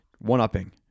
one-upping